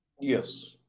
Yes